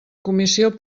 comissió